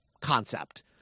concept